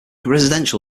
residential